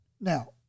Now